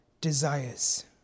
desires